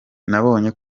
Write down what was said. nabonye